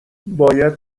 باید